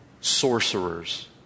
sorcerers